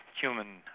Human